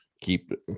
keep